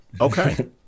okay